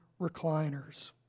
recliners